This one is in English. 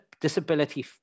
disability